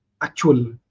actual